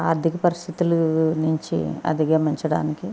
ఆర్ధిక పరిస్థితుల నుంచి అధిగమించడానికి